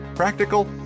practical